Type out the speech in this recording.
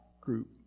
group